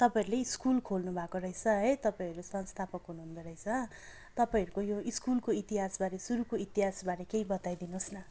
तपाईँहरूले स्कुल खोल्नु भएको रहेछ है तपाईँहरू संस्थापक हुनुहुँदो रहेछ तपाईँहरूको यो स्कुलको इतिहासबारे सुरुको इतिहासबारे केही बताइदिनुहोस् न